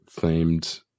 themed